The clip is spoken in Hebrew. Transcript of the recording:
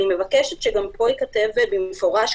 אני מבקשת שגם פה ייכתב במפורש,